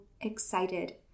excited